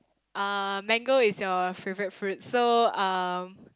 uh mango is your favourite fruit so um